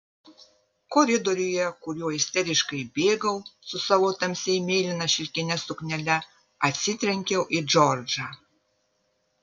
koridoriuje kuriuo isteriškai bėgau su savo tamsiai mėlyna šilkine suknele atsitrenkiau į džordžą